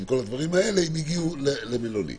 הגיעו למלונית.